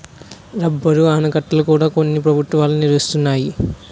rubber ఆనకట్టల కూడా కొన్ని ప్రభుత్వాలు నిర్మిస్తున్నాయి